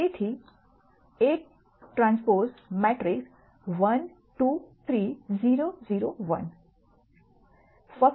તેથી Aᵀ matrix 1 2 3 0 0 1